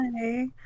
Hi